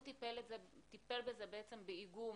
הוא טיפל בזה באיגום